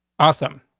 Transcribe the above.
awesome.